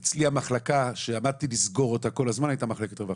אצלי המחלקה שעמדתי לסגור כל הזמן הייתה מחלקת רווחה,